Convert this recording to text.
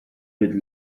with